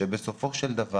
שבסופו של דבר